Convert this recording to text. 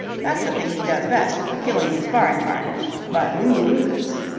that's the thing he does best, killing his sparring-partners. but lew lucas.